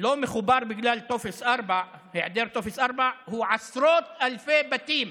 לא מחובר בגלל היעדר טופס 4 זה עשרות אלפי בתים.